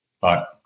bye